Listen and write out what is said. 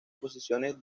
posiciones